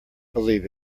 believe